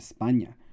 España